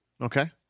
Okay